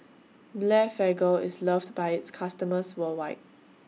Blephagel IS loved By its customers worldwide